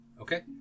Okay